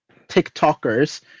TikTokers